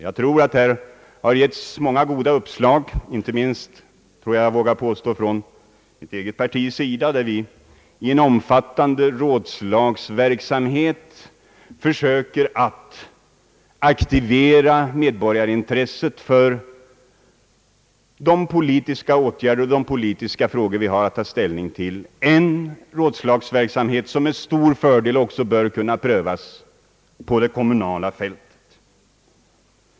Jag tror att här har getts många goda uppslag, inte minst vågar jag påstå från mitt eget partis sida, där vi i en omfattande rådslagsverksamhet försöker att aktivera medborgarintresset för de politiska åtgärder och de politiska frågor som vi har att ta ställning till, en rådslagsverksamhet som med stor fördel också bör kunna prövas på det kommunala fältet.